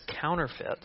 counterfeit